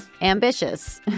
ambitious